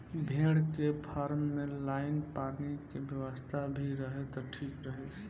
भेड़ के फार्म में लाइन पानी के व्यवस्था भी रहे त ठीक रही